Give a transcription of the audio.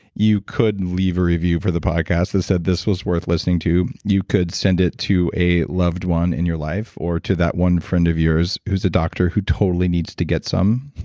you could leave a review for the podcast that said this was worth listening to. you could send it to a loved one in your life or to that one friend of yours who's a doctor who totally needs to get some.